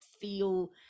feel